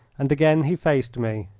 and again he faced me.